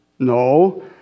No